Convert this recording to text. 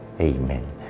Amen